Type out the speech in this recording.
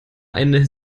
eine